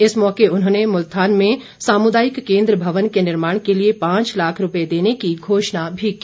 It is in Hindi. इस मौके उन्होंने मुल्थान में सामुदायिक केन्द्र भवन के निर्माण के लिए पांच लाख रूपए देने की घोषणा भी की